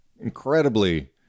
incredibly